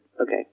okay